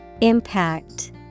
Impact